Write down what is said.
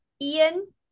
Ian